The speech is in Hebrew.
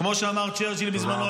כמו שאמר צ'רצ'יל בזמנו,